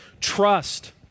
trust